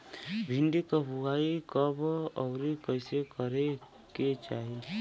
भिंडी क बुआई कब अउर कइसे करे के चाही?